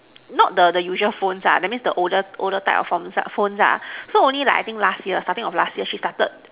not the the usual phones ah that means the older older type of phon~ phones ah so only like I think last year starting of last year she started